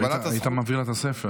" היית מביא לה את הספר,